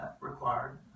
Required